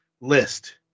list